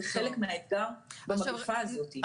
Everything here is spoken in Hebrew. זה חלק מהאתגר במגפה הזאת.